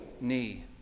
knee